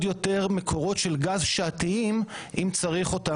יותר מקורות של גז שעתיים אם צריך אותם,